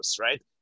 right